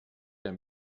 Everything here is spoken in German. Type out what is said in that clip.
der